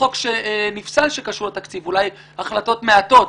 חוק שקשור לתקציב נפסל, אולי החלטות מעטות.